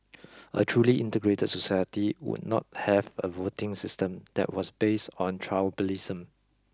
a truly integrated society would not have a voting system that was based on tribalism